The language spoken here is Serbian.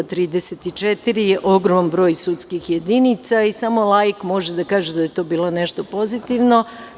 Dakle, 34 je ogroman broj sudskih jedinica i samo laik može da kaže da je to bilo nešto pozitivno.